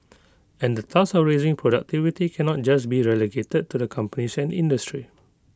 and the task of raising productivity can not just be relegated to the companies and industry